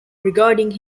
regarding